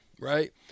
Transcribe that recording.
Right